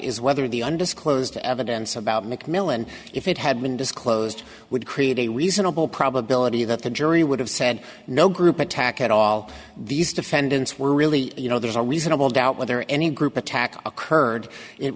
is whether the undisclosed evidence about mcmillan if it had been disclosed would create a reasonable probability that the jury would have said no group attack at all these defendants were really you know there's a reasonable doubt whether any group attack occurred it